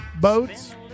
boats